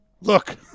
Look